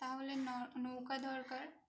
তাহলে ন নৌকা দরকার